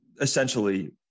essentially